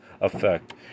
effect